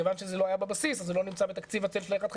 ובגלל שזה לא היה בבסיס אז זה לא נמצא בתקציב של ה-1/12,